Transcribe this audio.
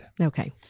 Okay